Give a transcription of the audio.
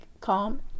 calm